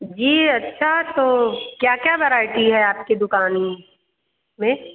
जी अच्छा तो क्या क्या वराइटी है आपकी दुकान में